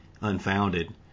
unfounded